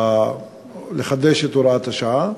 לחדש, את הוראת השעה.